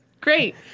Great